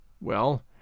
Well